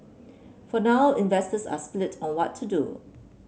for now investors are split on what to do